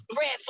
red